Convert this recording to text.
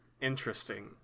interesting